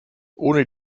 ohne